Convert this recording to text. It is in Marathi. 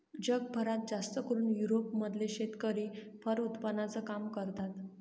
जगभरात जास्तकरून युरोप मधले शेतकरी फर उत्पादनाचं काम करतात